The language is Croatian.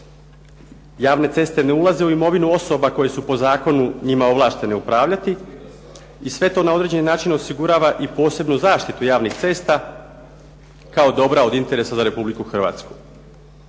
Javne ceste ne ulaze u imovinu osoba koje su po zakonu njima ovlaštene upravljati i sve to na određeni način osigurava i posebnu zaštitu javnih cesta kao dobra od interesa za RH. U praksi